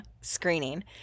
screening